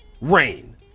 rain